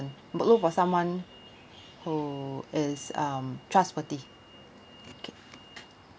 but look for someone who is um trustworthy okay